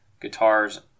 guitars